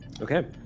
Okay